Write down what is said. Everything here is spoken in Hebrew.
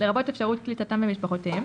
לרבות אפשרות קליטתם במשפחותיהם,